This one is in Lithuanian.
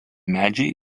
medžiai